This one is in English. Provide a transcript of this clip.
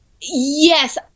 Yes